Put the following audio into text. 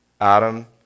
Adam